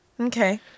Okay